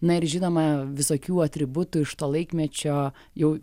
na ir žinoma visokių atributų iš to laikmečio jau